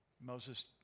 Moses